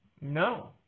No